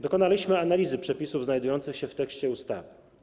Dokonaliśmy analizy przepisów znajdujących się w tekście ustawy.